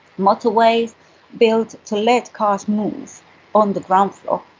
motorways built to let cars move on the ground floor,